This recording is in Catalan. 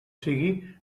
sigui